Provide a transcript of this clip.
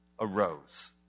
arose